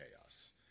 chaos